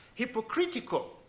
hypocritical